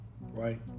right